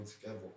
together